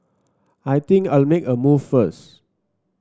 I think I'll make a move first